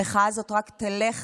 המחאה הזאת רק תלך